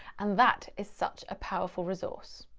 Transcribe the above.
and that is such a powerful resource.